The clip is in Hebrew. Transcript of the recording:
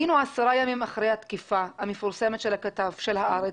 היינו עשרה ימים אחרי התקיפה המפורסמת של הכתב של עיתון "הארץ".